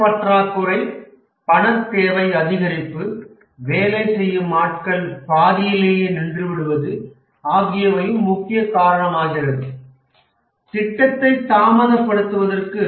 திறன் பற்றாக்குறை பணத்தேவை அதிகரிப்பு வேலை செய்யும் ஆட்கள் பாதியிலேயே நின்றுவிடுவது ஆகியவையும் முக்கிய காரணமாகிறது திட்டத்தை தாமதப்படுத்துவதற்கு